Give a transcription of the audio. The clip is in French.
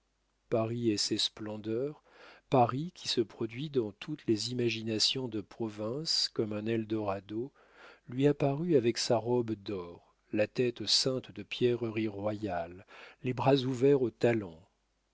paris et ses splendeurs paris qui se produit dans toutes les imaginations de province comme un eldorado lui apparut avec sa robe d'or la tête ceinte de pierreries royales les bras ouverts aux